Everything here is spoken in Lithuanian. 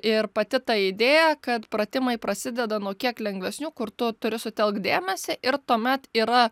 ir pati ta idėja kad pratimai prasideda nuo kiek lengvesnių kur tu turi sutelkt dėmesį ir tuomet yra